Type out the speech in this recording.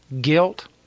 guilt